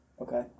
Okay